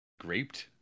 graped